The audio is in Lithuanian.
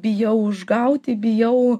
bijau užgauti bijau